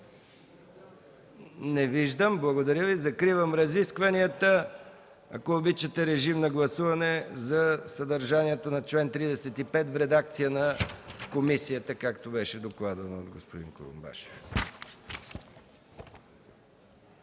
Не виждам. Благодаря Ви. Закривам разискванията. Ако обичате, режим на гласуване за съдържанието на чл. 35 в редакция на комисията, както беше докладвано от господин Курумбашев.